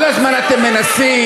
כל הזמן אתם מנסים,